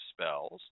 spells